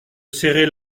serrer